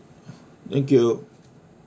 thank you